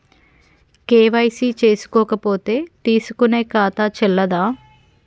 KYC చేసుకోకపోతే తీసుకునే ఖాతా చెల్లదా?